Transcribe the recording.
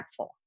impactful